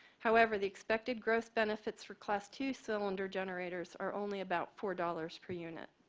however, the expected gross benefits for class two cylinder generators are only about four dollars per unit.